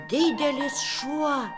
didelis šuo